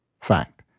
Fact